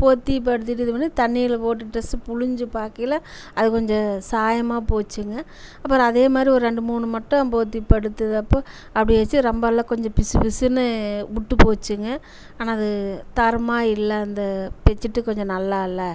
போர்த்தி படுத்துட்டு இது பண்ணி தண்ணியில் போட்டு ட்ரெஸ்ஸு பிழுஞ்சு பார்க்கையில அது கொஞ்சம் சாயமாக போச்சுங்க அப்புறம் அதேமாதிரி ஒரு ரெண்டு மூணு மட்டும் போர்த்தி படுத்ததப்போ அப்டேயே வச்சு ரொம்ப எல்லாம் கொஞ்சம் பிசு பிசுன்னு விட்டு போச்சுங்க ஆனால் அது தரமாக இல்லை அந்த பெட்ஷீட்டு கொஞ்சம் நல்லா இல்லை